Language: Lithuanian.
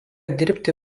dirbti